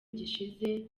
gishize